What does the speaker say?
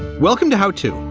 welcome to how to.